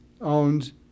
owns